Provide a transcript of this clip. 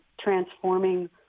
transforming